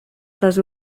les